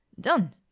Done